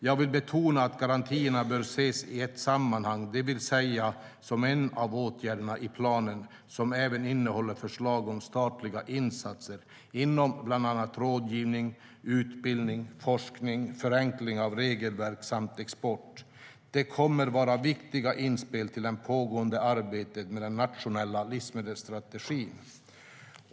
Jag vill betona att garantierna bör ses i ett sammanhang, det vill säga som en av åtgärderna i planen som även innehåller förslag om statliga insatser inom bland annat rådgivning, utbildning, forskning, förenkling av regelverk samt export. Detta kommer att vara viktiga inspel till det pågående arbetet med den nationella livsmedelsstrategin.